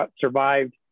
survived